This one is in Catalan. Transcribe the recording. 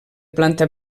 planta